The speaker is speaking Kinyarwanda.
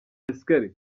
yashimiye